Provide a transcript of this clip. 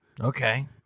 Okay